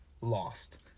lost